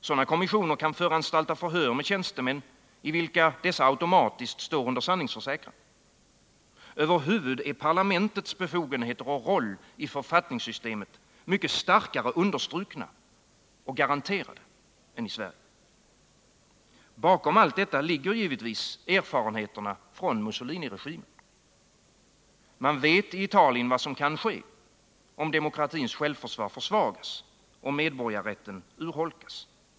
Sådana kommissioner kan föranstalta om förhör med tjänstemän, i vilka dessa automatiskt står under sanningsförsäkran. Över huvud taget är parlamentets befogenheter och roll i författningssystemet mycket starkare understrukna och garanterade än i Sverige. Bakom allt detta ligger givetvis erfarenheterna från Mussoliniregimen. Man vet i Italien vad som kan ske om demokratins självförsvar försvagas och medborgarrätten urholkas.